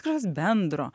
kažkas bendro